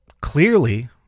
clearly